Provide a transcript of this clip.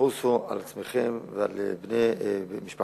חוסו על עצמכם ועל בני משפחתכם,